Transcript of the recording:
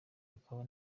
hakaba